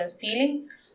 feelings